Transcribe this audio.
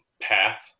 path